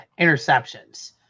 interceptions